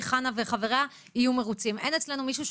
בתי המלאכה לדיון אצלו.